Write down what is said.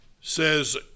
says